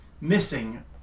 missing